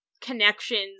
connections